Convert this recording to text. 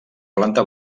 planta